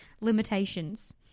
Limitations